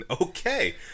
Okay